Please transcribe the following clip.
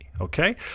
okay